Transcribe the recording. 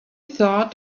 thought